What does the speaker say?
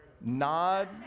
nod